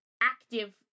active